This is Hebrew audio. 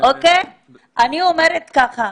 אני אומרת כך: